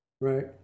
Right